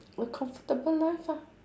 a comfortable life lah